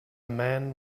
man